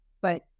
but-